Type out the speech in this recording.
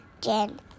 Jen